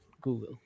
Google